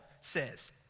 says